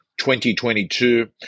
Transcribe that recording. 2022